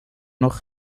noch